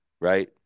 right